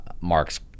Mark's